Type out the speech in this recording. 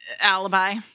alibi